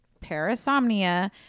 parasomnia